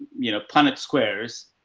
you know, punnett squares,